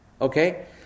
Okay